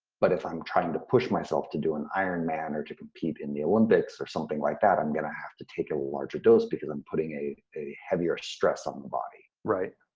but if i'm trying to push myself to do an ironman, or to compete in the olympics, or something like that, i'm gonna have to take a larger dose because i'm putting a a heavier stress on the body. right,